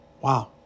Wow